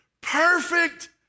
perfect